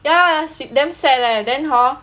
ya damn sad leh then hor